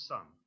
Son